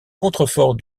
contreforts